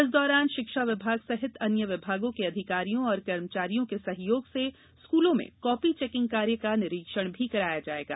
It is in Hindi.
इस दौरान शिक्षा विभाग सहित अन्य विभागों के अधिकारियों और कर्मचारियों के सहयोग से स्कूलों में कापी चेकिंग कार्य का निरीक्षण भी कराया जायेगा